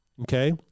Okay